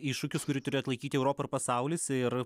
iššūkis kurį turi atlaikyti europa pasaulis ir